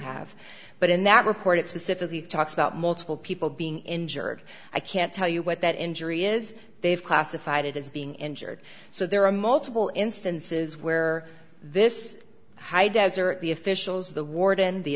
have but in that report it specifically talks about multiple people being injured i can't tell you what that injury is they've classified it as being injured so there are multiple instances where this high desert the officials the warden the